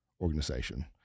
organization